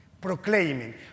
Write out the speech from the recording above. Proclaiming